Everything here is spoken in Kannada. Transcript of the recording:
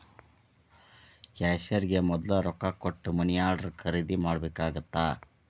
ಕ್ಯಾಶಿಯರ್ಗೆ ಮೊದ್ಲ ರೊಕ್ಕಾ ಕೊಟ್ಟ ಮನಿ ಆರ್ಡರ್ನ ಖರೇದಿ ಮಾಡ್ಬೇಕಾಗತ್ತಾ